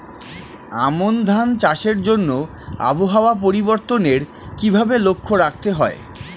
আমন ধান চাষের জন্য আবহাওয়া পরিবর্তনের কিভাবে লক্ষ্য রাখতে হয়?